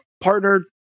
partnered